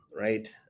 right